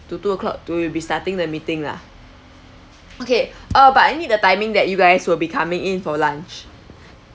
two two o'clock to will be starting the meeting lah okay uh but I need the timing that you guys will be coming in for lunch